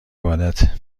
عبادته